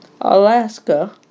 Alaska